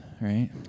right